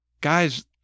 Guys-